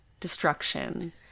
destruction